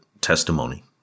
testimony